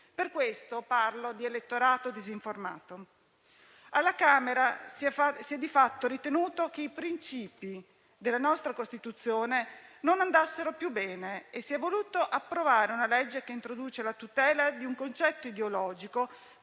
Per questo parlo di elettorato disinformato. Alla Camera si è di fatto ritenuto che i principi della nostra Costituzione non andassero più bene e si è voluto approvare una legge che introduce la tutela di un concetto ideologico,